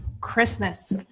Christmas